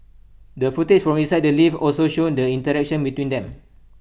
the footage from inside the lift also showed the interaction between them